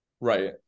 Right